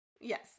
Yes